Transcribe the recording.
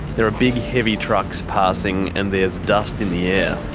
there are big heavy trucks passing and there's dust in the air.